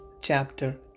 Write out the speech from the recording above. chapter